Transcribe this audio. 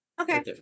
Okay